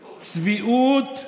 צביעות,